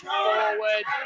forward